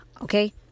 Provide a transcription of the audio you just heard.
Okay